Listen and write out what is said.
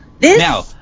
Now